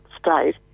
state